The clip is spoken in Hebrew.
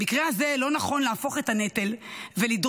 במקרה הזה לא נכון להפוך את הנטל ולדרוש